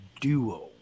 duo